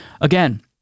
Again